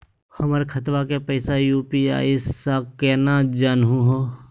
हमर खतवा के पैसवा यू.पी.आई स केना जानहु हो?